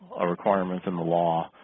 a requirement in the law